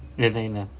ah